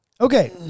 Okay